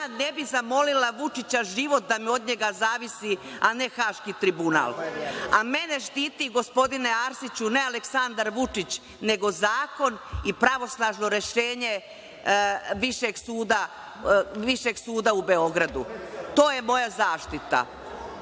ne bih zamolila Vučića život da mi od njega zavisi, a ne Haški tribunal. Mene štiti, gospodine Arsiću, ne Aleksandar Vučić, nego zakon i pravosnažno rešenje Višeg suda u Beogradu. To je moja zaštita.